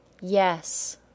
Yes